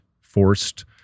forced